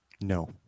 No